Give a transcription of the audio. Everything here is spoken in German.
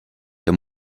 der